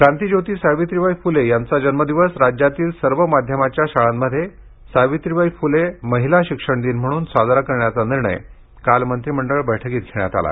क्रांतिज्योती सावित्रीबाई फुले यांचा जन्म दिवस राज्यातील सर्व माध्यमांच्या शाळांमध्ये सावित्रीबाई फुले महिला शिक्षण दिन म्हणून साजरा करण्याचा निर्णय काल मंत्रिमंडळ बैठकीत घेण्यात आला